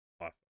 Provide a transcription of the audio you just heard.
awesome